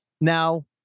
Now